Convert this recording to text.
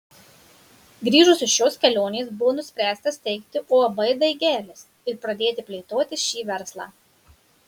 grįžus iš šios kelionės buvo nuspręsta steigti uab daigelis ir pradėti plėtoti šį verslą